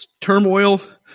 turmoil